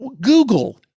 Google